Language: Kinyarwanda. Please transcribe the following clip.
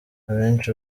abenshi